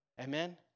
Amen